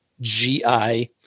G-I